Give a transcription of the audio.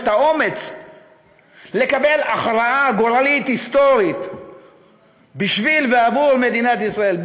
אומץ לקבל הכרעה גורלית היסטורית בשביל ועבור מדינת ישראל,